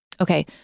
Okay